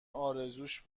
ارزوش